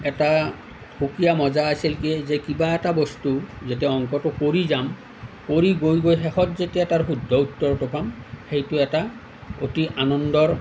এটা সুকীয়া মজা আছিল কি যে কিবা এটা বস্তু যেতিয়া অংকটো কৰি যাম কৰি গৈ গৈ শেষত যেতিয়া তাৰ শুদ্ধ উত্তৰটো পাম সেইটো এটা অতি আনন্দৰ